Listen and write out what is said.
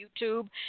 YouTube